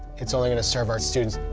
it's only going to serve our students.